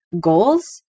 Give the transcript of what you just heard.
goals